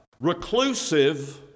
reclusive